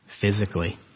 Physically